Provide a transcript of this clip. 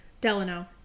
Delano